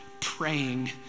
praying